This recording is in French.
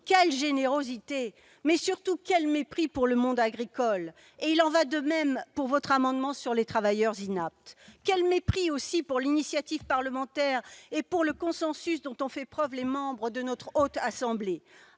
Quelle générosité, mais surtout quel mépris pour le monde agricole ! Il en va de même avec votre amendement sur les travailleurs inaptes. Quel mépris, aussi, pour l'initiative parlementaire et pour l'esprit de consensus dont ont fait preuve les membres de la Haute Assemblée !